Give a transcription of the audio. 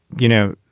you know,